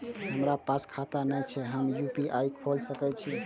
हमरा पास खाता ने छे ते हम यू.पी.आई खोल सके छिए?